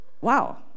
wow